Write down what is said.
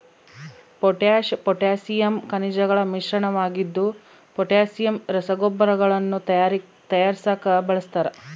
potash potassium ಖನಿಜಗಳ ಮಿಶ್ರಣವಾಗಿದ್ದು potassium ರಸಗೊಬ್ಬರಗಳನ್ನು ತಯಾರಿಸಾಕ ಬಳಸ್ತಾರ